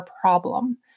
problem